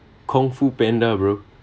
kung fu panda bro